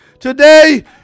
Today